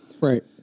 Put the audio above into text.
Right